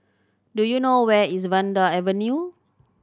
do you know where is Vanda Avenue